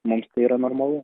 mums tai yra normalu